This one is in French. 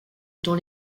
dans